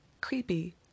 creepy